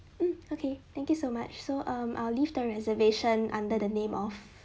mm okay thank you so much so um I'll leave the reservation under the name of